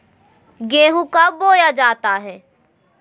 गेंहू कब बोया जाता हैं?